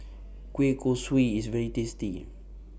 Kueh Kosui IS very tasty